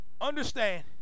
Understand